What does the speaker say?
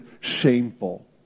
shameful